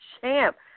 champ